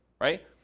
right